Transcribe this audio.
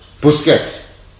Busquets